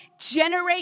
generate